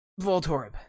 Voltorb